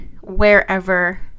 wherever